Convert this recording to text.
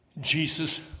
Jesus